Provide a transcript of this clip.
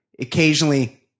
occasionally